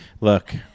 look